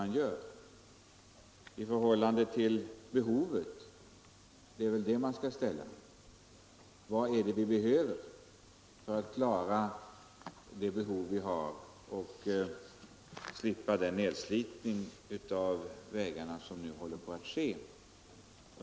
Satsningen skall naturligtvis ses i förhållande till behovet. Vad är det vi behöver för att tillgodose behovet och slippa den nedslitning av vägarna som nu håller på att ske?